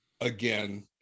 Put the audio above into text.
again